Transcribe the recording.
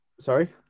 Sorry